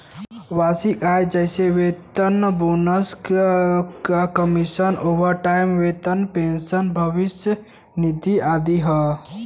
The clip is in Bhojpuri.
वार्षिक आय जइसे वेतन, बोनस, कमीशन, ओवरटाइम वेतन, पेंशन, भविष्य निधि आदि हौ